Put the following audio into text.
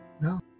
no